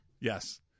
Yes